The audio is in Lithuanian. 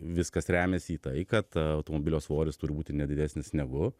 viskas remiasi į tai kad automobilio svoris turi būti ne didesnis negu